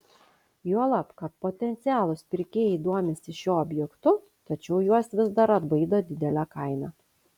juolab kad potencialūs pirkėjai domisi šiuo objektu tačiau juos vis dar atbaido didelė kaina